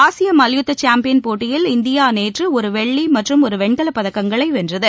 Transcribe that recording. ஆசிய மல்யுத்த சாம்பியன் போட்டியில் இந்தியா நேற்று ஒரு வெள்ளி மற்றும் ஒரு வெண்கலப் பதக்கங்களை வென்றது